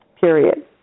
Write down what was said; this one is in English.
period